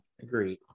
Agreed